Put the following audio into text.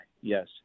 yes